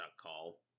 call